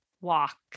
walk